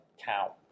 cow